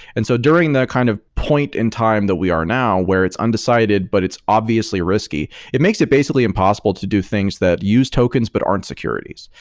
and so during the kind of point in time that we are now where it's undecided, but it's obviously risky, it makes it basically impossible to do things that use tokens but aren't securities,